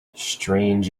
strange